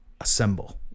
assemble